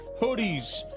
hoodies